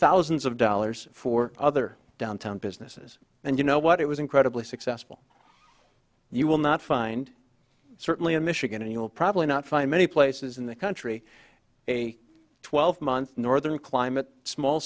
thousands of dollars for other downtown businesses and you know what it was incredibly successful you will not find certainly in michigan and you will probably not find many places in the country a twelve month northern climate small